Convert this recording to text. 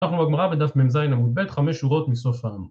אנחנו בגמרא בדף מ"ז עמוד ב', חמש שורות מסוף העמוד